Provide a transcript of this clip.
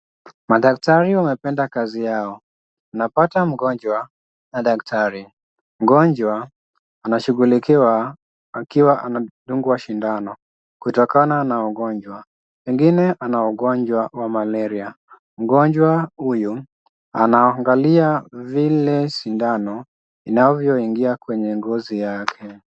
Madaktari wanapenda kazi yao. Unapata mgonjwa na daktari. Mgonjwa anashughulikiwa akiwa anadungwa sindano kutokana na ugonjwa. Mwingine ana ugonjwa wa malaria. Mgonjwa huyu anaangalia vile sindano inavyoingia kwenye ngozi yake.